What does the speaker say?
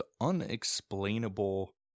unexplainable